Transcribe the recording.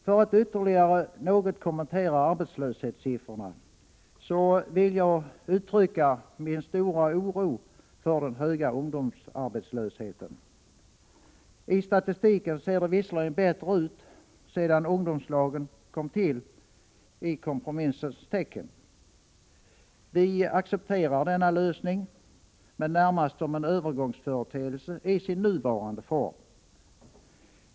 För att ytterligare något kommentera arbetslöshetssiffrorna vill jag uttrycka min stora oro för den höga ungdomsarbetslösheten, även om det i statistiken ser bättre ut sedan ungdomslagen kom till i kompromissens tecken. Vi accepterar den lösning som ungdomslagen innebär, men närmast som en övergångsföreteelse i ungdomslagens nuvarande form.